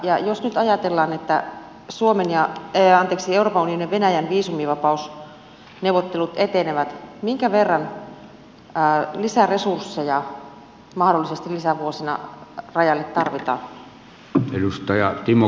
ja jos nyt ajatellaan että euroopan unionin ja venäjän viisumivapausneuvottelut etenevät minkä verran lisäresursseja tulevina vuosina rajalle mahdollisesti tarvitaan